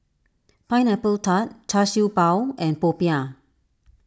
Pineapple Tart Char Siew Bao and Popiah